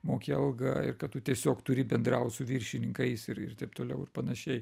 moki algą ir kad tu tiesiog turi bendraut su viršininkais ir ir taip toliau ir panašiai